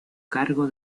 cargo